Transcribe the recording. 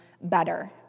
better